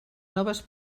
noves